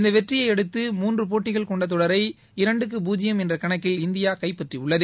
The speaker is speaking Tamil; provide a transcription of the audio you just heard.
இந்த வெற்றிய அடுத்து மூன்று போட்டிகள் கொண்ட தொடரை இரண்டுக்கு பூஜ்யம் என்ற கணக்கில் இந்தியா கைப்பற்றியுள்ளது